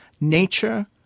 nature